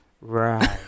Right